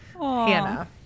Hannah